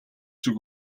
шиг